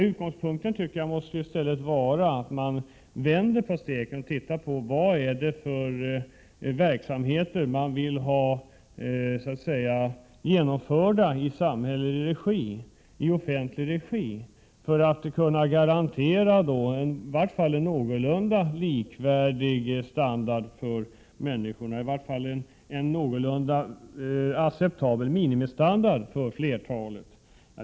Man måste, tycker jag, i stället vända på steken och utgå ifrån vad det är för verksamheter man vill ha genomförda i samhällelig — offentlig — regi för att kunna garantera människorna en någorlunda likvärdig standard och åstadkomma en i varje fall någorlunda acceptabel minimistandard för flertalet.